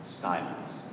silence